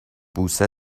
بوسه